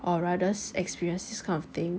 or rather experienced this kind of thing